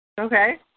Okay